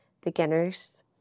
beginners